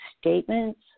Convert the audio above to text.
statements